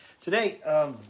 Today